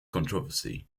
controversy